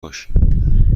باشیم